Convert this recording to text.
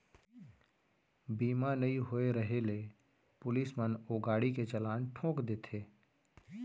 बीमा नइ होय रहें ले पुलिस मन ओ गाड़ी के चलान ठोंक देथे